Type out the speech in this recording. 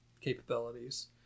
capabilities